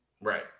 right